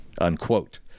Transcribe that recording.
unquote